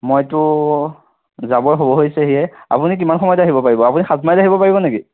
মইতো যাব হ'বৰ হৈছেয়েই আপুনি কিমান সময়ত আহিব পাৰিব আপুনি সাতমাইল আহিব পাৰিব নেকি